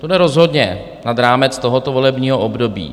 Rozhodně nad rámec tohoto volebního období.